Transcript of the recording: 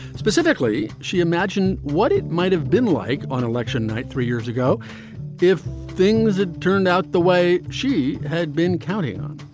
specifically, she imagined what it might have been like on election night three years ago if things had turned out the way she had been counting on.